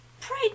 pray